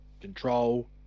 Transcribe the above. Control